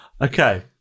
Okay